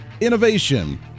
Innovation